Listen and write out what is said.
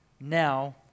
now